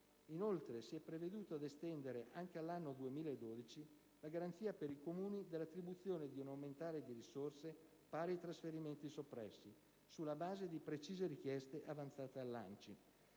Barbolini. Si è provveduto poi ad estendere anche all'anno 2012 la garanzia per i Comuni dell'attribuzione di un ammontare di risorse pari ai trasferimenti soppressi, sulla base di precise richieste avanzate dall'ANCI.